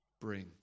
bring